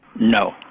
No